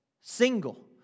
Single